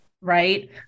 Right